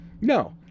No